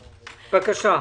בבקשה.